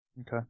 Okay